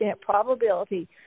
probability